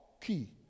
key